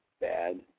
bad